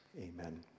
Amen